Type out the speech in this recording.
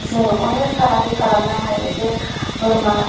जोङो अनेक फालांगि खालामनो हायो जे बोरमा